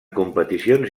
competicions